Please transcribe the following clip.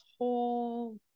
whole